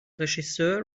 regisseur